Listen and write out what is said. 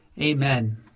Amen